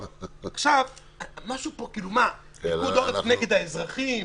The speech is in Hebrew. אז מה, פיקוד העורף נגד האזרחים?